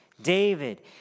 David